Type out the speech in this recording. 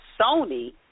Sony